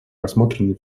рассмотрены